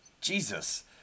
Jesus